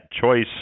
choice